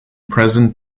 present